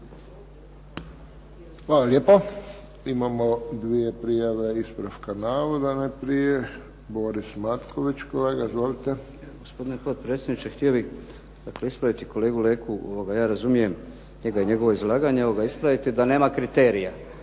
Hvala lijepo. Imamo dvije prijave ispravka navoda najprije. Boris Matković. Izvolite. **Matković, Borislav (HDZ)** Gospodine potpredsjedniče. Htio bih ispraviti kolegu Leku. Ja razumijem njega i njegove izlaganje da nema kriterija.